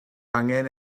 angen